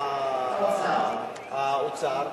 האוצר.